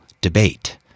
debate